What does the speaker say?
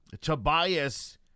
Tobias